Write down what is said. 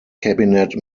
cabinet